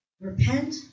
Repent